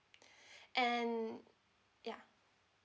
and yeah